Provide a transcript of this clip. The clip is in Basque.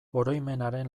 oroimenaren